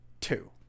two